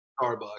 Starbucks